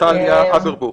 נטליה אברבוך.